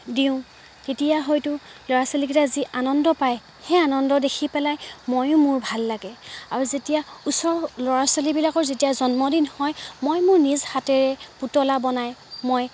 দিওঁ তেতিয়া হয়তো ল'ৰা ছোৱালীকেইটাই যি আনন্দ পায় সেই আনন্দ দেখি পেলাই ময়ো মোৰ ভাল লাগে আৰু যেতিয়া ওচৰ ল'ৰা ছোৱালীবিলাকৰ যেতিয়া জন্মদিন হয় মই মোৰ নিজ হাতেৰে পুতলা বনাই মই